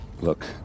Look